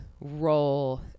role